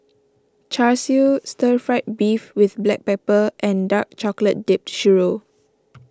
Char Siu Stir Fried Beef with Black Pepper and Dark Chocolate Dipped Churro